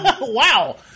Wow